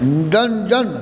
व्यञ्जन